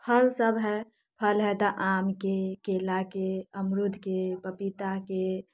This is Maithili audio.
फलसब हय फल हय तऽ आमके केलाके अमरूदके पपीताके